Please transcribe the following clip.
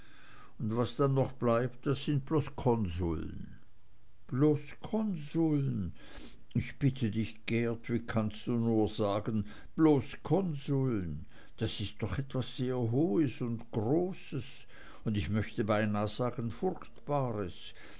und was dann noch bleibt das sind bloß konsuln bloß konsuln ich bitte dich geert wie kannst du nur sagen bloß konsuln das ist doch etwas sehr hohes und großes und ich möcht beinah sagen furchtbares